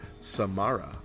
Samara